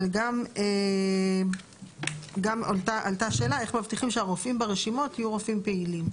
אבל גם עלתה שאלה איך מבטיחים שהרופאים ברשימות יהיו רופאים פעילים.